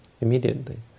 immediately